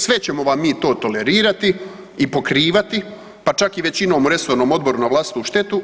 Sve ćemo vam mi to tolerirati i pokrivati, pa čak i većinom u resornom odboru na vlastitu štetu.